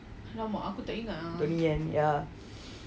donnie yen ya